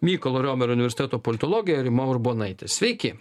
mykolo riomerio universiteto politologė rima urbonaitė sveiki